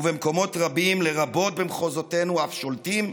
ובמקומות רבים, לרבות במחוזותינו, אף שולטים?